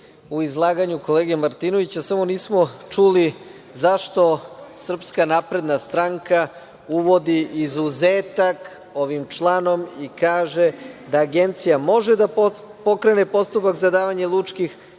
u izlaganju kolege Martinovića, samo nismo čuli zašto SNS uvodi izuzetak ovim članom i kaže - da Agencija može da pokrene postupak za davanje lučkih